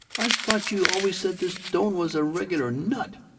i thought you always said this doane was a reg'lar nut!